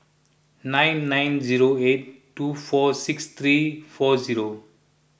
nine nine zero eight two four six three four zero